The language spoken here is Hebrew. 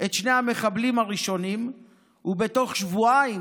את שני המחבלים הראשונים ותוך שבועיים